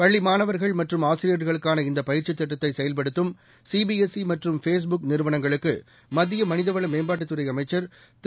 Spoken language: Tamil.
பள்ளிமாணவர்கள் மற்றும் ஆசிரியர்களுக்கான இந்தப் பயிற்சித் திட்டத்தைசெயல்படுத்தும் சிபிஎஸ்ஈமற்றும் ஃபேஸ் புக் நிறுவனங்களுக்குமத்தியமனிதவளமேம்பாட்டுத் துறைஅமைச்சர் திரு